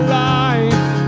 life